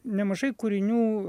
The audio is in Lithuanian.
nemažai kūrinių